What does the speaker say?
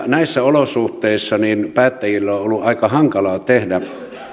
näissä olosuhteissa päättäjillä on on ollut aika hankalaa tehdä